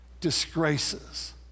disgraces